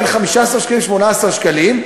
בין 15 שקלים ל-18 שקלים,